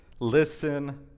Listen